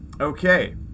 Okay